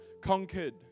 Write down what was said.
conquered